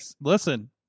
Listen